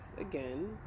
again